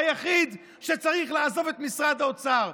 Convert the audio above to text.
היחיד שצריך לעזוב את משרד האוצר.